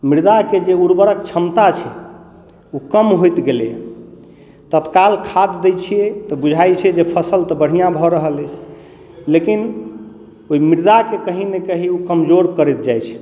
मृदाके जे उर्वरक क्षमता छै ओ कम होइत गेलैए तत्काल खाद दैत छियै तऽ बुझाइत छै जे फसल तऽ बढ़िआँ भऽ रहल अइ लेकिन ओहि मृदाके कहीँ ने कहीँ ओ कमजोर करैत जाइत छै